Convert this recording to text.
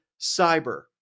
Cyber